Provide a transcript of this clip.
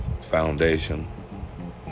Foundation